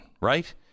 right